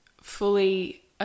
fully